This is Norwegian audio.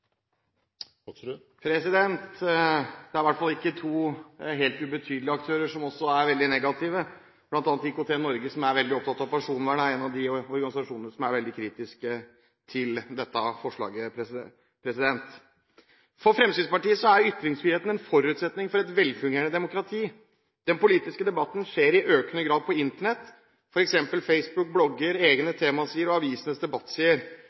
år. Det er i hvert fall ikke to helt ubetydelige aktører som er veldig negative – bl.a. IKT-Norge, som er veldig opptatt av personvern, er en av de organisasjonene som er veldig kritisk til dette forslaget. For Fremskrittspartiet er ytringsfriheten en forutsetning for et velfungerende demokrati. Den politiske debatten skjer i økende grad på Internett, f.eks. Facebook, blogger, egne temasider og avisenes